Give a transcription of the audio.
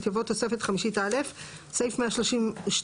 יבוא: "תוספת חמישית א' (סעיף 132(א),